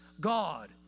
God